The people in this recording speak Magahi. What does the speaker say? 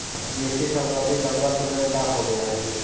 निश्चित संपत्ति लंबा समय ला होवऽ हइ